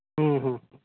ᱦᱮᱸ ᱦᱮᱸ